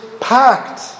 packed